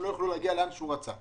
שהם לא יוכלו להגיע לאן שהוא רצה.